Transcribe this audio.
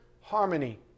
harmony